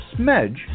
smedge